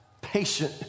patient